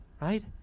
right